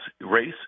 race